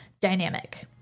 dynamic